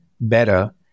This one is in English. better